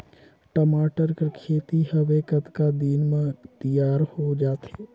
टमाटर कर खेती हवे कतका दिन म तियार हो जाथे?